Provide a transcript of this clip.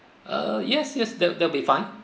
uh yes yes that that'll be fine